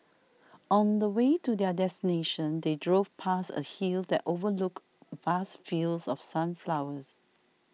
on the way to their destination they drove past a hill that overlooked vast fields of sunflowers